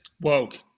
Woke